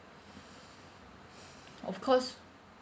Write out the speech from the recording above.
of course